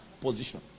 position